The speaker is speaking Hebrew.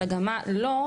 אלא גם במה לא,